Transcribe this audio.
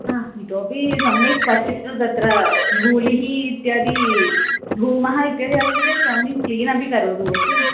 हा इतोपि सम्यक् पश्यतु तत्र धूलिः इत्यादि धूमः इत्यादि अस्ति चेत् सम्यक् क्लीन् अपि करोतु ओके